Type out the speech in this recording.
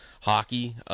hockey